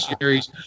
series